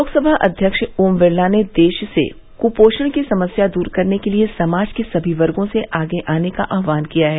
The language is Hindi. लोकसभा अध्यक्ष ओम बिरला ने देश से कुपोषण की समस्या दूर करने के लिए समाज के सभी वर्गों से आगे आने का आहवान किया है